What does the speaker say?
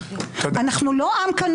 ואמרתי כמה פעמים,